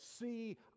See